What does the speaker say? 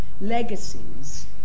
legacies